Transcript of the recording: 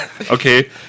okay